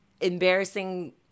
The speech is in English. embarrassing